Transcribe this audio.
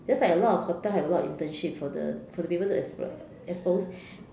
just like a lot of hotel have a lot of internship for the for the people to expose uh expose